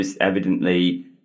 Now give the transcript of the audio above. evidently